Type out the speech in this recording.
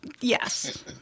Yes